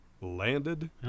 Landed